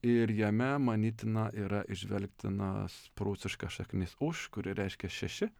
ir jame manytina yra įžvelgtinas prūsiška šaknis uš kuri reiškia šeši